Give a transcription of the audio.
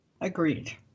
Agreed